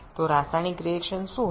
তাহলে রাসায়নিক বিক্রিয়াটি কী হবে